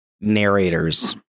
narrators